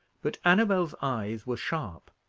but annabel's eyes were sharp,